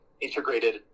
integrated